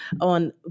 on